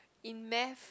in math